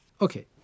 Okay